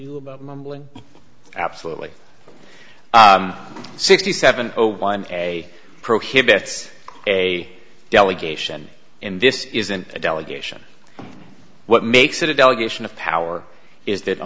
you about mumbling absolutely sixty seven zero one a prohibits a delegation in this isn't a delegation what makes it a delegation of power is that a